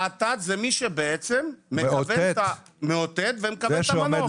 האתת זה מי שבעצם מכוון, מאותת, ומכוון את המנוף.